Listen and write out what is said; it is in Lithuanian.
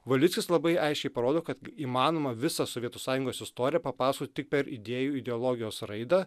valickis labai aiškiai parodo kad įmanoma visą sovietų sąjungos istoriją papasakoti tik per idėjų ideologijos raidą